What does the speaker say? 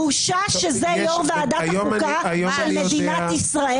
בושה שזה יו"ר ועדת החוקה של מדינת ישראל.